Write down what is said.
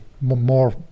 more